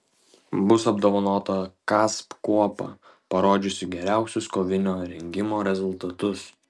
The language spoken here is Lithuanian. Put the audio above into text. bus apdovanota kasp kuopa parodžiusi geriausius kovinio rengimo rezultatus